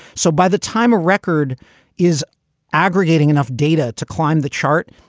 so by the time a record is aggregating enough data to climb the chart,